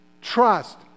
trust